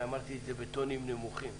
אמרתי את זה בטונים נמוכים.